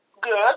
good